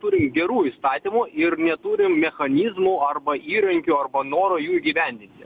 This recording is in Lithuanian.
turim gerų įstatymų ir neturim mechanizmų arba įrankių arba noro jų įgyvendinti